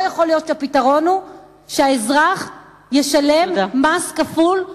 לא יכול להיות שהפתרון הוא שהאזרח ישלם מס כפול,